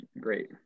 great